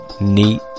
neat